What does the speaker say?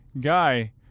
guy